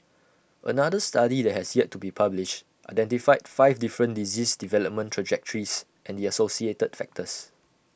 another study that has yet to be published identified five different disease development trajectories and the associated factors